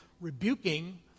rebuking